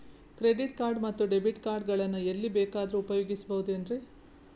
Credit card ಮತ್ತು debit card ಗಳನ್ನು ಎಲ್ಲಿ ಬೇಕಾದ್ರು ಉಪಯೋಗಿಸಬಹುದೇನ್ರಿ?